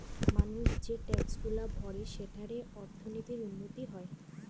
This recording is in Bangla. মানুষ যে ট্যাক্সগুলা ভরে সেঠারে অর্থনীতির উন্নতি হয়